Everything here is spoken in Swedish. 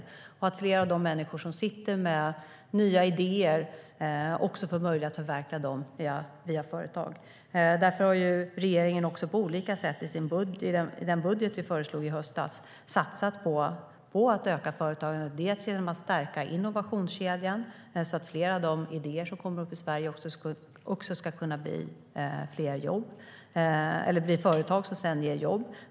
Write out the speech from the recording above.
Det bygger på att fler av de människor som sitter med nya idéer får möjlighet att förverkliga dem via företag. Regeringen satsade därför på olika sätt i den budget som vi föreslog i höstas på att öka företagandet. Vi vill stärka innovationskedjan så att fler av de idéer som kommer upp i Sverige ska kunna bli företag som sedan ger jobb.